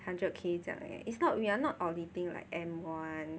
hundred K 这样 eh it's not we're not auditing like M one